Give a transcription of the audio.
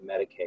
Medicaid